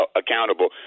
accountable